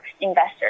investors